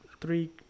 three